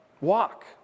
walk